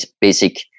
basic